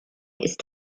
ist